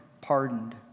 pardoned